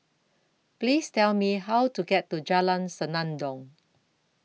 Please Tell Me How to get to Jalan Senandong